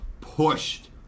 pushed